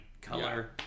color